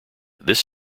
this